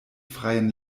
freien